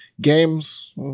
games